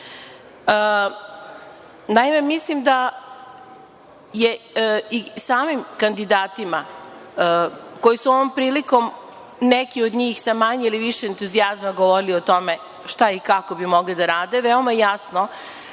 mislim da je i samim kandidatima koji su ovom prilikom, neki od njih sa manje ili više entuzijazma govorili o tome šta i kako bi mogli da rade veoma jasno,